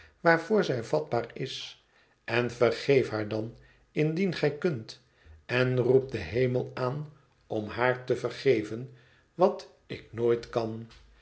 waarvoor zij vatbaar is en vergeef haar dan indien gij kunt en roep den hemel aan om baar te vergeven wat ik nooit kan